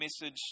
message